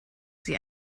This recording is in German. sie